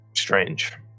strange